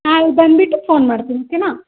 ಹಾಂ ಅಲ್ಲಿ ಬಂದ್ಬಿಟ್ಟು ಫೋನ್ ಮಾಡ್ತೀನಿ ಓಕೆನ